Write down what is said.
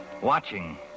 watching